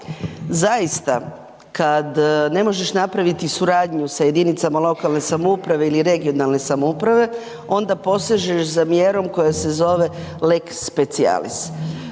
Zaista kada ne možeš napraviti suradnju sa jedinicama lokalne samouprave ili regionalne samouprave onda posežeš za mjerom koja se zove lex specialis